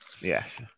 yes